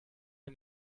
der